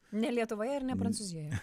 ne lietuvoje ir ne prancūzijoje